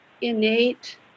innate